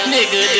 Nigga